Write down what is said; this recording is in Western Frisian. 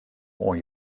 oan